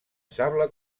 sable